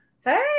Hey